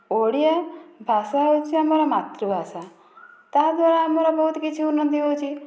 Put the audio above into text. ଓଡ଼ିଆ ଭାଷା ହେଉଛି ଆମର ମାତୃଭାଷା ତାହାଦ୍ଵାରା ଆମର ବହୁତ କିଛି ଉନ୍ନତି ହେଉଛି